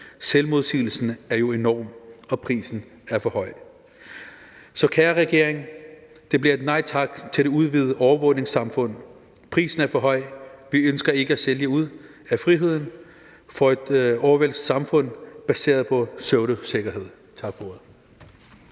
Selvmodsigelsen er jo enorm, og prisen er for høj. Så kære regering, det bliver et nej tak til det udvidede overvågningssamfund. Prisen er for høj. Vi ønsker ikke at sælge ud af friheden for et overvågningssamfund baseret på pseudosikkerhed. Tak for ordet.